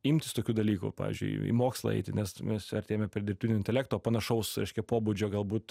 imtis tokių dalykų pavyzdžiui į mokslą eiti nes mes artėjame prie dirbtinio intelekto panašaus pobūdžio galbūt